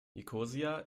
nikosia